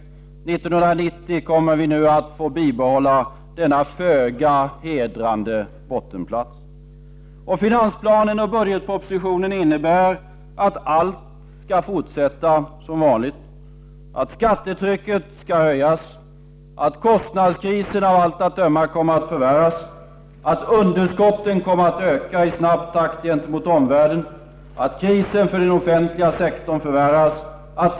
1990 kommer vi nu att få bibehålla denna föga hedrande bottenplats. Finansplanen och budgetpropositionen innebär att allt skall fortsätta som vanligt. Skattetrycket skall höjas. Kostnadskrisen kommer av allt att döma att förvärras. Underskotten gentemot omvärlden kommer att öka i snabb takt. Krisen för den offentliga sektorn förvärras.